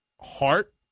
heart